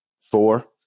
Four